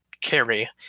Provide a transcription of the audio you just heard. carry